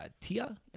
Tia